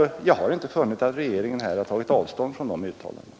Jag har inte funnit att regeringen har tagit avstånd från de uttalandena.